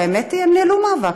האמת היא שהם ניהלו מאבק,